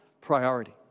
priority